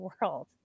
world